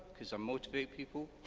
cause i motivate people,